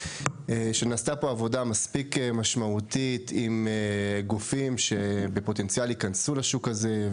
שנעשתה פה עבודה מספיק משמעותית עם גופים שבפוטנציאל ייכנסו לשוק הזה.